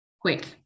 quick